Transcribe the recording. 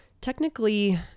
technically